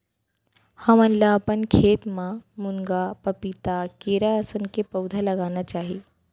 हमन ल अपन खेत म मुनगा, पपीता, केरा असन के पउधा लगाना चाही